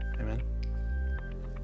Amen